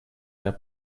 their